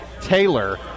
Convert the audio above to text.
Taylor